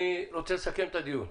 אני רוצה לסכם את הדיון.